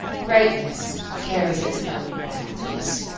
greatness carries its own penalties.